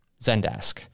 Zendesk